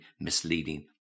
misleading